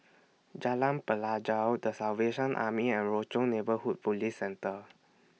Jalan Pelajau The Salvation Army and Rochor Neighborhood Police Centre